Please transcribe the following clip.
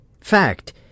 Fact